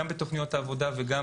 גם בתוכניות העבודה וגם